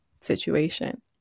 situation